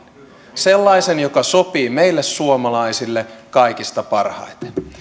sellaisen joka sopii meille suomalaisille kaikista parhaiten